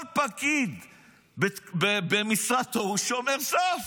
כל פקיד במשרתו הוא שומר סף.